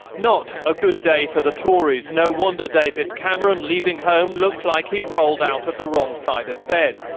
not a good day for the tories. no wonder david cameron, leaving home, looked like he'd rolled out of the wrong side of bed.